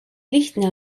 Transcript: lihtne